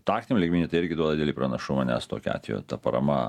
taktiniam lygmeny tai irgi duoda didelį pranašumą nes tokiu atveju ta parama